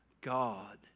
God